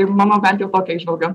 ir mano bent jau tokia įžvalga